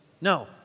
No